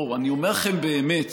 אני אומר לכם באמת,